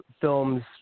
films